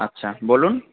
আচ্ছা বলুন